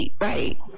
right